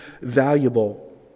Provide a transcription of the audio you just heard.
valuable